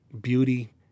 beauty